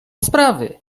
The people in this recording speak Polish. sprawy